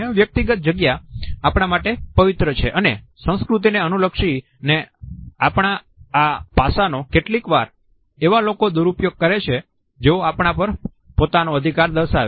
વ્યક્તિગત જગ્યા આપણા માટે પવિત્ર છે અને સંસ્કૃતિને અનુલક્ષી ને આપણા આ પાસાનો કેટલીકવાર એવા લોકો દુરુપયોગ કરે છે જેઓ આપણા પર પોતાનો અધિકાર દર્શાવે છે